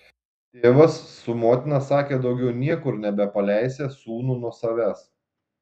tėvas su motina sakė daugiau niekur nebepaleisią sūnų nuo savęs